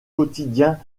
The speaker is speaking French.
quotidiens